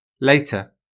Later